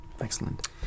Excellent